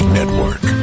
Network